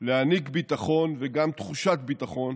ולהעניק ביטחון וגם תחושת ביטחון